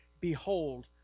Behold